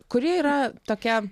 kuri yra tokia